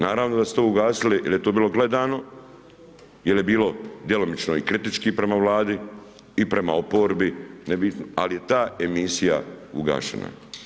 Naravno da su to ugasili jel je to bilo gledano, jel je bilo djelomično i kritički prema Vladi i prema oporbi, ali je ta emisija ugašena.